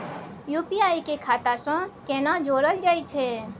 UPI के खाता सं केना जोरल जाए छै?